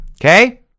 Okay